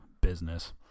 business